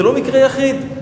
זה לא מקרה יחיד.